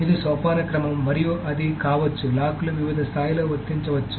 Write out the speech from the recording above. ఇది సోపానక్రమం మరియు అది కావచ్చు లాక్ లు వివిధ స్థాయిలలో వర్తించవచ్చు